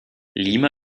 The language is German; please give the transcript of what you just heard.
lima